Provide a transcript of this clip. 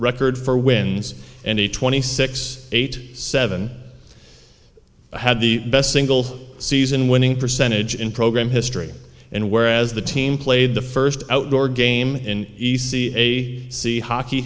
record for wins and a twenty six eight seven had the best single season winning percentage in program history and whereas the team played the first outdoor game in isi a c hockey